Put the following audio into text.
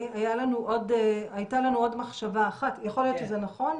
יכול להיות שזה נכון,